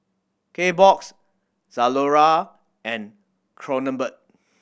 Kbox Zalora and Kronenbourg